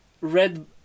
red